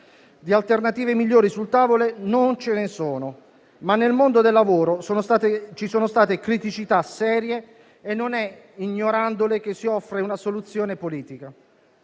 Di alternative migliori sul tavolo non ce ne sono, ma nel mondo del lavoro ci sono state criticità serie e non è ignorandole che si offre una soluzione politica.